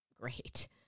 great